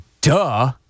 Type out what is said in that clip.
duh